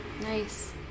nice